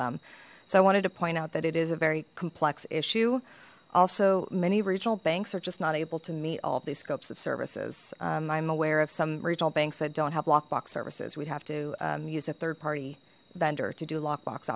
them so i wanted to point out that it is a very complex issue also many regional banks are just not able to meet all of these scopes of services i'm aware of some regional banks that don't have lockbox services we'd have to use a third party vendor to do lock